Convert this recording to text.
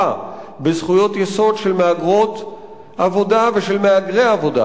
בזכויות יסוד של מהגרות עבודה ושל מהגרי עבודה,